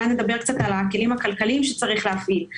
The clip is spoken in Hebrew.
נדבר קצת על הכלים הכלכליים שצריך להפעיל.